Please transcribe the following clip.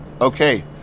Okay